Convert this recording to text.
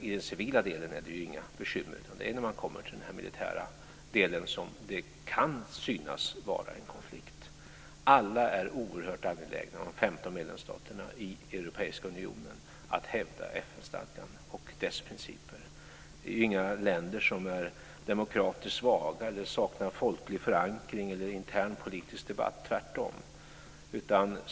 I den civila delen är det inga bekymmer, utan det är när man kommer till den militära delen som det kan synas vara en konflikt. Alla är oerhört angelägna i de 15 FN-stadgan och dess principer. Det är ju inga länder som är demokratiskt svaga eller som saknar en folklig förankring eller intern politisk debatt, tvärtom.